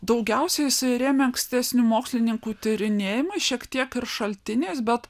daugiausiai jisai rėmė ankstesnių mokslininkų tyrinėjimais šiek tiek ir šaltiniais bet